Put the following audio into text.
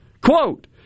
Quote